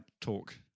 talk